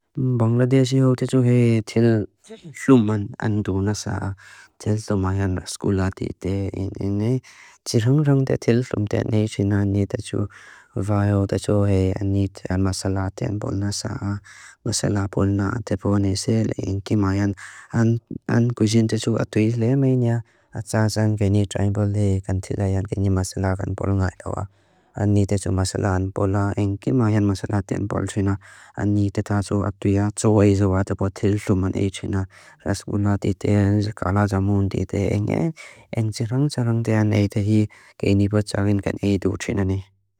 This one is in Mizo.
Bangladesi hau techu hei tel fluman andu nasa. Tel to mayan skula tite. Inene. Chirrung-rung te tel flum tenei china. Ni techu vayau techu hei ani masala tenei pol nasa. Masala pol na te pol nese. Inke mayan. An kujin techu atu ile meina. A tsa zang keni tribal hei. Kan tila hei. Keni masala kan pol ngai lawa. An ni techu masala an pola. Inke mayan masala tenei pol china. An ni techu atu ia. Tso hei zawa te pol tel fluman hei china. Raskuna tite. Kalajamun tite. Inene. En chirrung-chirrung tenei te hei. Keni pol charin kan hei tu china ne.